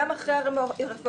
גם אחרי הרפורמה,